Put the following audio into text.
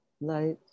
light